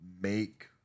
make